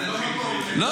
זה לא מקום --- לא,